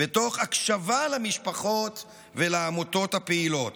ותוך הקשבה למשפחות ולעמותות הפעילות,